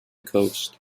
coast